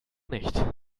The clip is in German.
nicht